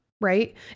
right